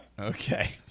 Okay